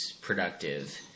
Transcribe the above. productive